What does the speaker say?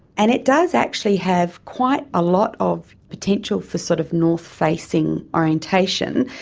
and it does actually have quite a lot of potential for sort of north-facing orientation,